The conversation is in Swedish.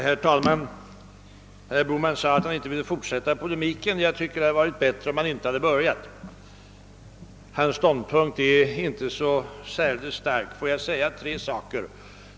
Herr talman! Herr Bohman sade att han inte ville fortsätta polemiken. Jag tycker att det hade varit bättre om han inte börjat den. Hans ståndpunkt är inte särdeles stark. Får jag säga tre saker.